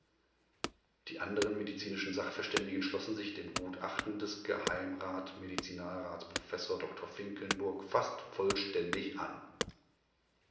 die anderen medizinischen sachverständigen schlossen sich dem gutachten des geh medizinalrats prof dr finkelnburg fast vollständig an